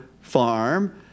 farm